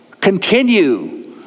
continue